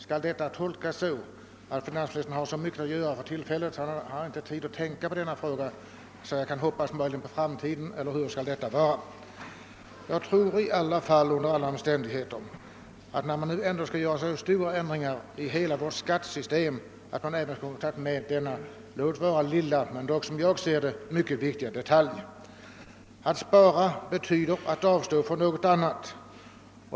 Skall detta tolkas så att finansministern för tillfället har så mycket att göra att han inte har tid att tänka på denna fråga men att jag möjligen kan hoppas på framtiden? Under alla omständigheter tycker jag att när man ändå skall genomföra så stora ändringar i hela vårt skattesystem kunde man också ha tagit med denna lilla men mycket viktiga detalj. Att spara betyder att avstå från något annat.